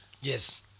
Yes